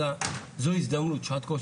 אלא זו הזדמנות שעד כה,